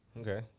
Okay